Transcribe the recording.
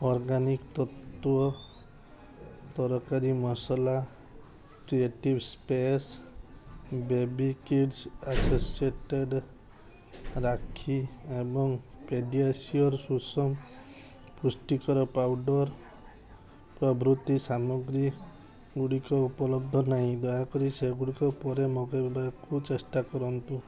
organic ତତ୍ତ୍ଵ ତରକାରୀ ମସଲା creative space baby kids associated ରାକ୍ଷୀ ଏବଂ ପେଡ଼ିଆସିଓର ସୁସମ ପୁଷ୍ଟିକର ପାଉଡ଼ର୍ ପ୍ରଭୃତି ସାମଗ୍ରୀଗୁଡ଼ିକ ଉପଲବ୍ଧ ନାଇଁ ଦୟାକରି ସେଗୁଡ଼ିକୁ ପରେ ମଗେଇବାକୁ ଚେଷ୍ଟା କରନ୍ତୁ